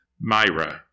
Myra